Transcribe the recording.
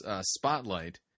spotlight